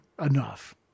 enough